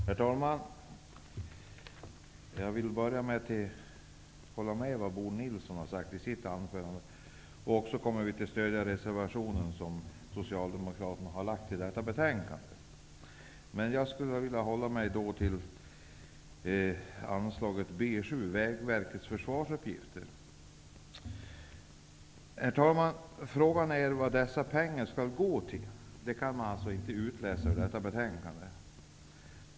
Herr talman! Jag vill börja med att hålla med om vad Bo Nilsson sade i sitt anförande. Vi kommer att stödja den reservation som Socialdemokraterna har fogat till detta betänkande. Jag skulle vilja hålla mig till anslaget B 7, Vägverkets försvarsuppgifter. Frågan är vad dessa pengar skall gå till -- det kan man inte utläsa ur detta betänkande.